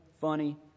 funny